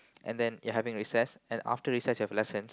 and then you're having recess and after recess you have lessons